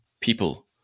people